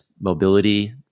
mobility